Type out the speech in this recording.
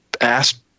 ask